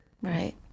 Right